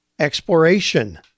Exploration